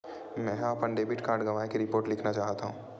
मेंहा अपन debit card गवाए के रिपोर्ट लिखना चाहत हव